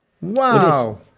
Wow